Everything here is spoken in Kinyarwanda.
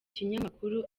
kinyamakuru